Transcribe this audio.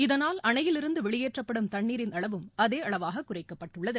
இதனால் அணையிலிருந்து வெளியேற்றப்படும் தண்ணீரின் அளவும் அதே அளவாக குறைக்கப்பட்டுள்ளது